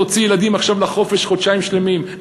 תוציא ילדים עכשיו לחופש חודשיים שלמים.